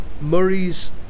Murray's